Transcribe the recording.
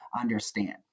understand